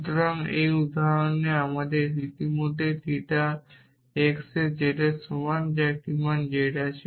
সুতরাং এই উদাহরণে আমাদের ইতিমধ্যেই থিটা x এ z এর সমান একটি মান z আছে